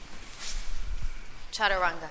Chaturanga